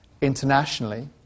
internationally